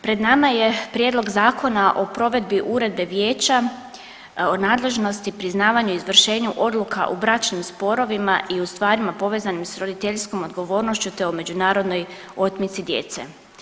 Pred nama je Prijedlog zakona o provedbi Uredbe vijeća o nadležnosti priznavanju, izvršenju odluka u bračnim sporovima i u stvarima povezanim sa roditeljskom odgovornošću, te o međunarodnoj otmici djece.